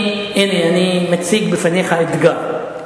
מצד אחד,